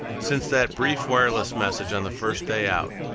since that brief wireless message on the first day out,